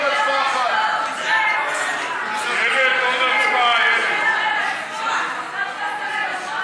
ההצעה להעביר את הנושא לוועדת הכנסת לא נתקבלה.